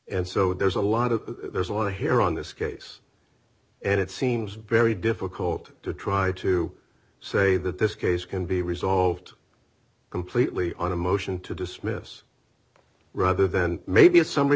and so there's a lot of there's a lot of here on this case and it seems very difficult to try to say that this case can be resolved completely on a motion to dismiss rather than maybe